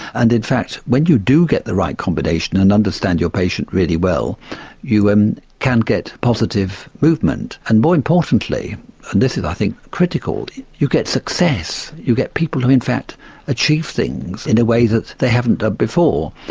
and in fact when you do get the right combination and understand your patient really well you can get positive movement. and more importantly and this is i think critical you get success, you get people who in fact achieve things in a way that they haven't done before.